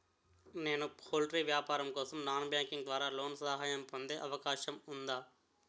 నేను పౌల్ట్రీ వ్యాపారం కోసం నాన్ బ్యాంకింగ్ ద్వారా లోన్ సహాయం పొందే అవకాశం ఉందా?